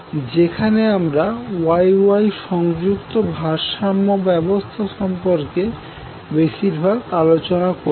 যেখানে আমরা Y Y সংযুক্ত ভারসাম্য ব্যবস্থা সম্পর্কে বেশিরভাগ আলোচনা করেছি